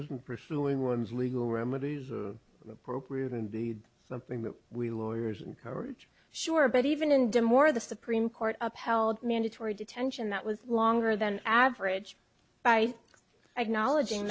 isn't pursuing one's legal remedies are appropriate indeed something that we lawyers encourage sure but even in death more the supreme court upheld mandatory detention that was longer than average by acknowledging